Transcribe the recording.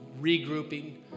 regrouping